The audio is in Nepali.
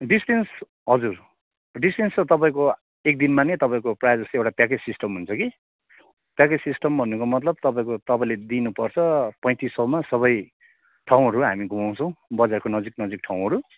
डिस्ट्यान्स हजुर डिस्ट्यान्स त तपाईँको एकदिनमा नै तपाईँको प्रायः जस्तो एउटा प्याकेज सिस्टम हुन्छ कि प्याकेज सिस्टम भन्नुको मतलब तपाईँको तपाईँले दिनु पर्छ पैँतिस सयमा सबै ठाउँहरू हामी घुमाउँछौँ बजारको नजिक नजिक ठाउँहरू